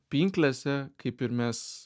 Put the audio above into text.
pinklėse kaip ir mes